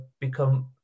become